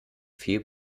vier